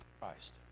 Christ